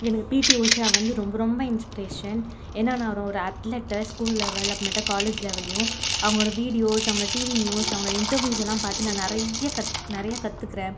எனக்கு பி டி உஷா வந்து ரொம்ப ரொம்ப இன்ஸ்பிரேஷன் ஏன்னா நான் ஒரு அத்லட் ஸ்கூல் லெவலில் அப்புறமேட்டு காலேஜ் லெவல்லையும் அவர்களோட வீடியோஸ் அவங்க டிவி நியூஸ் அவங்களோட இன்டர்வியூஸ்லாம் பார்த்து நான் நிறைய கத் நிறைய கற்றுக்கிறேன்